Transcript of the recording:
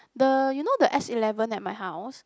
the you know the S eleven at my house